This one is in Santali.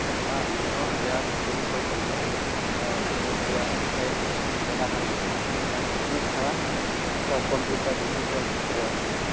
ᱱᱤᱭᱟᱹ ᱦᱚᱸ ᱢᱤᱫ ᱴᱟᱱ ᱜᱩᱨᱩᱛᱛᱚᱯᱩᱨᱱᱚ ᱥᱤᱠᱷᱱᱟᱹᱛ ᱨᱮᱭᱟᱜ ᱢᱤᱫ ᱴᱮᱱ ᱜᱚᱰᱟ ᱠᱟᱱᱟ ᱥᱤᱠᱷᱱᱟᱹᱛ ᱪᱷᱟᱲᱟ ᱠᱚᱢᱯᱤᱭᱩᱴᱟᱨ ᱰᱤᱡᱤᱴᱟᱞ ᱡᱳᱱ ᱨᱮ